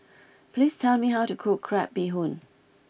please tell me how to cook Crab Bee Hoon